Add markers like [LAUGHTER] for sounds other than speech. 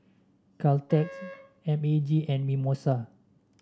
[NOISE] Caltex M A G and Mimosa